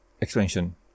expansion